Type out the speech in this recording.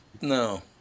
no